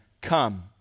come